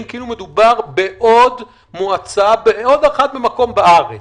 כאילו מדובר בעוד מועצה בעוד מקום בארץ.